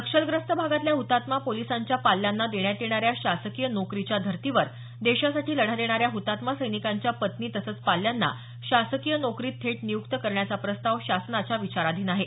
नक्षलग्रस्त भागातल्या हुतात्मा पोलिसांच्या पाल्यांना देण्यात येणाऱ्या शासकीय नोकरीच्या धर्तीवर देशासाठी लढा देणाऱ्या हतात्मा सैनिकांच्या पत्नी तसंच पाल्यांना शासकीय नोकरीत थेट नियुक्त करण्याचा प्रस्ताव शासनाच्या विचाराधीन आहे